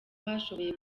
bashoboye